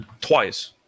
Twice